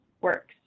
works